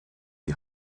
die